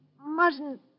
mustn't